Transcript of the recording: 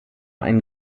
ein